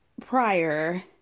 prior